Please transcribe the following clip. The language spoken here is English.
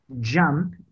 jump